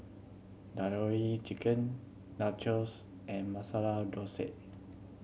Tandoori Chicken Nachos and Masala Dosai